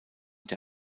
der